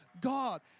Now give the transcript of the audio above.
God